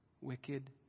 wicked